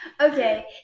Okay